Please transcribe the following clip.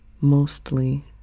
mostly